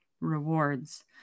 rewards